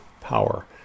power